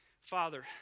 Father